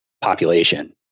population